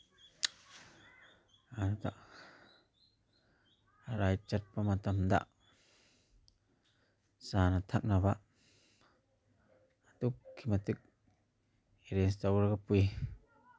ꯑꯗꯨꯗ ꯔꯥꯏꯠ ꯆꯠꯄ ꯃꯇꯝꯗ ꯆꯥꯅ ꯊꯛꯅꯕ ꯑꯗꯨꯛꯀꯤ ꯃꯇꯤꯛ ꯑꯦꯔꯦꯟꯖ ꯇꯧꯔꯒ ꯄꯨꯏ